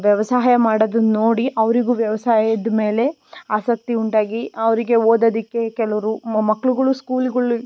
ವ್ಯವಸಾಯ ಮಾಡೋದನ್ನು ನೋಡಿ ಅವರಿಗೂ ವ್ಯವಸಾಯದಮೇಲೆ ಆಸಕ್ತಿ ಉಂಟಾಗಿ ಅವರಿಗೆ ಓದೋದಕ್ಕೆ ಕೆಲವರು ಮಕ್ಳುಗಳು ಸ್ಕೂಲುಗಳಿಗ್